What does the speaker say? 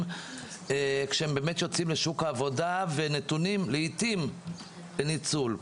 כשהם יוצאים לשוק העבודה ולעיתים נתונים לניצול.